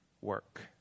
work